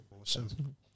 Awesome